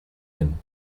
inn